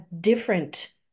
different